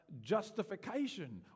justification